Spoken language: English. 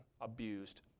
abused